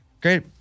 Great